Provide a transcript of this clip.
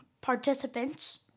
participants